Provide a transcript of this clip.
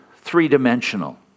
three-dimensional